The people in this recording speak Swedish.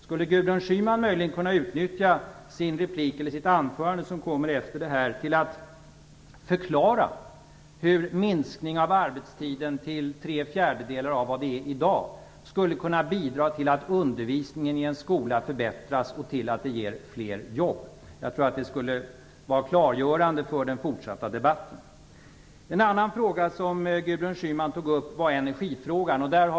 Skulle Gudrun Schyman möjligen kunna utnyttja sitt anförande till att förklara hur en minskning av arbetstiden till tre fjärdedelar av vad den är i dag skulle kunna bidra till att undervisningen i en skola förbättras och till att det blir fler jobb? Det skulle vara klargörande inför den fortsatta debatten. Gudrun Schyman tog också upp energifrågan.